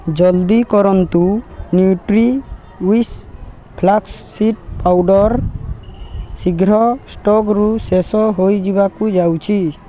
ଜଲ୍ଦି କରନ୍ତୁ Nutriwish flax seed powder ଶୀଘ୍ର ଷ୍ଟକ୍ରୁ ଶେଷ ହୋଇଯିବାକୁ ଯାଉଛି